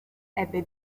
ebbe